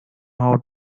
how